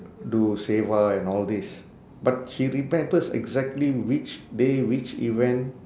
to do seva and all these but she remembers exactly which day which event